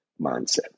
mindset